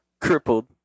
crippled